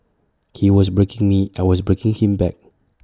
he was breaking me I was breaking him back